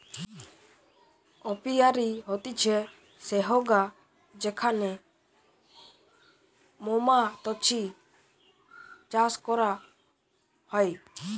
apiary হতিছে সেহগা যেখানে মৌমাতছি চাষ করা হয়